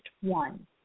one